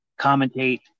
commentate